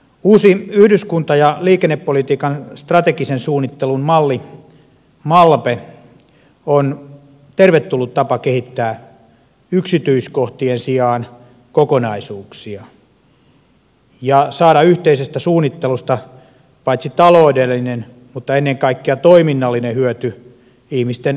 uusi yhdyskunta ja liikennepolitiikan strategisen suunnittelun malli malpe on tervetullut tapa kehittää yksityiskohtien sijaan kokonaisuuksia ja saada yhteisestä suunnittelusta taloudellinen mutta ennen kaikkea toiminnallinen hyöty ihmisten sujuvana elämänä